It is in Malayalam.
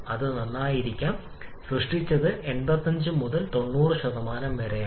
അത് നന്നായിരിക്കാം ഇന്ധന വായു ചക്രം സൃഷ്ടിച്ച കാര്യക്ഷമതയുടെ 85 മുതൽ 90 വരെയാണ്